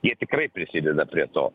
jie tikrai prisideda prie to